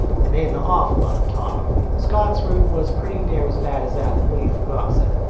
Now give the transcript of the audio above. it made an awful lot of talk. scottsford was pretty near as bad as avonlea for gossip.